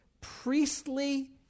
priestly